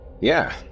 Yeah